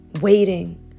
waiting